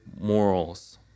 morals